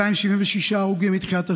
276 הרוגים מתחילת השנה,